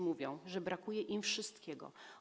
Mówią, że brakuje im wszystkiego.